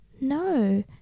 No